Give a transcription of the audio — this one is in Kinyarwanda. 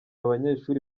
abanyeshuri